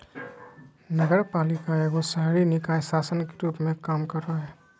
नगरपालिका एगो शहरी निकाय शासन के रूप मे काम करो हय